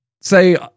Say